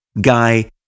guy